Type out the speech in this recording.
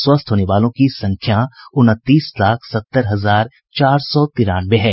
स्वस्थ होने वालों की संख्या उनतीस लाख सत्तर हजार चार सौ तिरानवे है